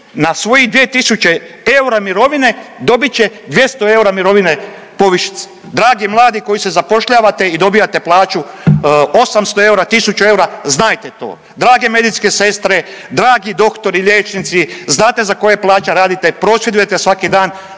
na svojih 2 tisuće eura mirovine dobit će 200 eura mirovine povišice. Dragi mladi koji se zapošljavate i dobivate plaću 800 eura, 1000 eura znajte to. Drage medicinske sestre, dragi doktori, liječnici znate za koje plaće radite i prosvjedujete svaki dan,